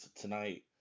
tonight